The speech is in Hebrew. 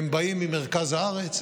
הם באים ממרכז הארץ,